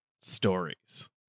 stories